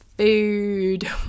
Food